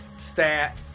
stats